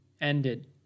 ended